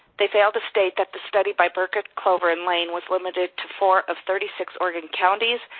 they failed to state that the study by burkitt, clover, and lane, was limited to four of thirty six oregon counties,